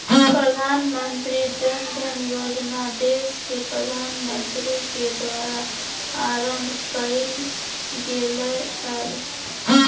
प्रधानमंत्री जन धन योजना देश के प्रधानमंत्री के द्वारा आरंभ कइल गेलय हल